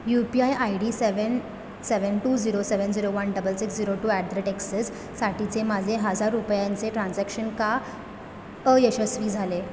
you P I I D seven seven two zero seven zero one double six zero two at the rate एक्सिससाठीचे माझे हजार रुपयांचे transaction का अयशस्वी झाले